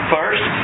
First